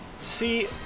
See